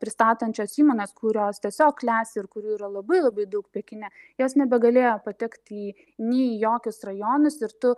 pristatančios įmonės kurios tiesiog klesti ir kurių yra labai labai daug pekine jos nebegalėjo patekti į nei į jokius rajonus ir tu